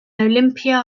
olympia